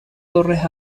torres